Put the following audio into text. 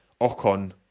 Ocon